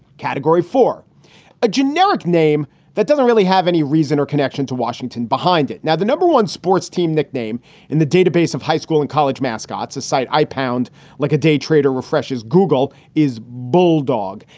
category for a generic name that doesn't really have any reason or connection to washington behind it. now, the number one sports team nickname in the database of high school and college mascots, a site i pound like a day trader refreshes google is bulldog.